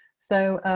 so